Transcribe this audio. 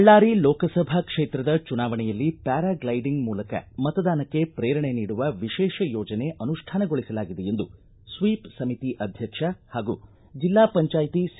ಬಳ್ಳಾರಿ ಲೋಕಸಭಾ ಕ್ಷೇತ್ರದ ಚುನಾವಣೆಯಲ್ಲಿ paragliding ಮೂಲಕ ಮತದಾನಕ್ಕೆ ಪ್ರೇರಣೆ ನೀಡುವ ವಿಶೇಷ ಯೋಜನೆ ಅನುಷ್ಠಾನಗೊಳಿಸಲಾಗಿದೆ ಎಂದು ಸ್ವೀಪ್ ಸಮಿತಿ ಅಧ್ಯಕ್ಷ ಹಾಗೂ ಜಿಲ್ಲಾ ಪಂಚಾಯ್ತಿ ಸಿ